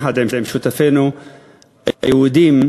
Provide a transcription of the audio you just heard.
יחד עם שותפינו היהודים,